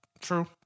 True